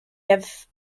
have